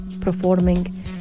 performing